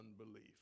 unbelief